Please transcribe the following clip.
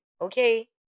okay